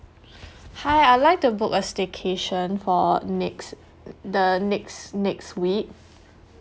hi I'd like to book a staycation for next the next next week